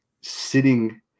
sitting